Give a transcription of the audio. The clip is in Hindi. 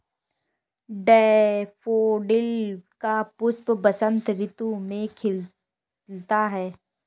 डेफोडिल का पुष्प बसंत ऋतु में खिलता है